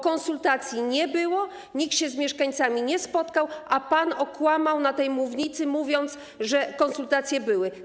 Konsultacji nie było, nikt się z mieszkańcami nie spotkał, a pan kłamał na tej mównicy, mówiąc, że konsultacje były.